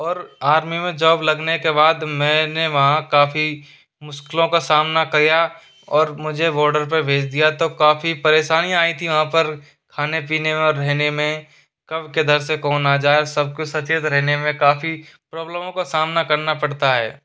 और आर्मी में जॉब लगने के बाद मैंने वहाँ काफ़ी मुश्किलों का सामना किया और मुझे बॉर्डर पर भेज दिया तब काफ़ी परेशानी आई थी वहाँ पर खाने पीने और रहने में कब किधर से कौन आ जाए सब को सचेत रहने में काफ़ी प्रॉब्लमों का सामना करना पड़ता है